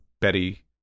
Betty